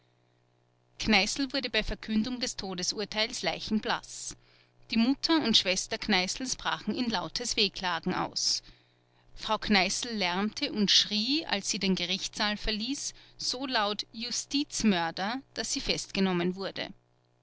kneißl wurde bei verkündung des todesurteils leichenblaß die mutter und schwester kneißls brachen in lautes wehklagen aus frau kneißl lärmte und schrie als sie den gerichtssaal verließ so laut justizmörder daß sie festgenommen wurde